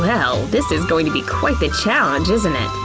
well, this is going to be quite the challenge, isn't it?